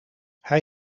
hij